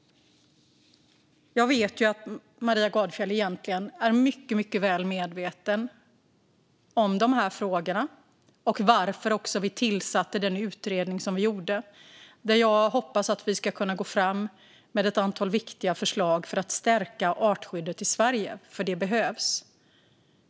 Jag vet att Maria Gardfjell egentligen är mycket väl medveten om de här frågorna och varför vi tillsatte den utredning vi tillsatte. Jag hoppas att vi där ska kunna gå fram med ett antal viktiga förslag för att stärka artskyddet i Sverige, för det behövs.